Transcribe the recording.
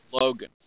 Logan